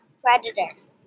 predators